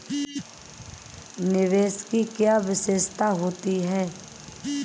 निवेश की क्या विशेषता होती है?